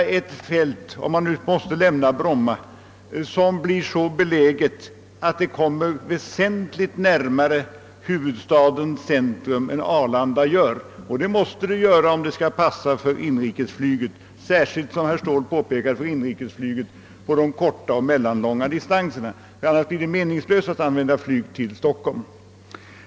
Om man måste flytta flygtrafiken från Bromma blir det mycket svårt att finna ett läge, som är väsentligt närmare huvudstadens centrum än Arlanda. Så måste emellertid bli fallet om flygfältet skall passa för inrikesflyget, särskilt, såsom herr Ståhl påpekade, på de korta och medellånga distanserna. Annars blir det meningslöst att använda flyg till Stockholm.